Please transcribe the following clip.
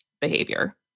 behavior